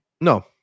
No